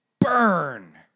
Burn